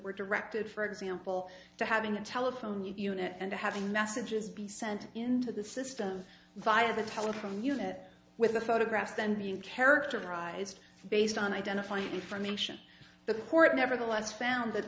were directed for example to having a telephone unit and having messages be sent into the system via the telephone unit with the photographs then being characterized based on identifying information the court nevertheless found that